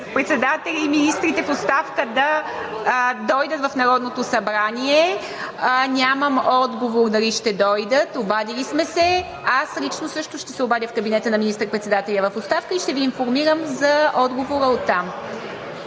министър-председателя и министрите в оставка да дойдат в Народното събрание. Нямам отговор дали ще дойдат. Обадили сме се. Лично също ще се обадя в кабинета на министър-председателя в оставка и ще Ви информирам за отговора от там.